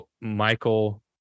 Michael